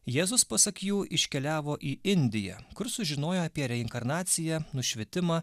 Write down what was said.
jėzus pasak jų iškeliavo į indiją kur sužinojo apie reinkarnaciją nušvitimą